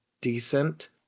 decent